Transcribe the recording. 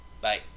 bye